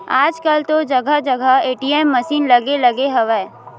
आजकल तो जगा जगा ए.टी.एम मसीन लगे लगे हवय